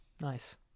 nice